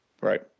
Right